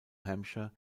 hampshire